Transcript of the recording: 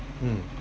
mm